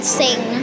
sing